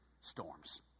storms